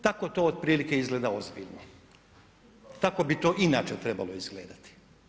Tako to otprilike izgleda ozbiljno, tako bi to inače trebalo izgledati.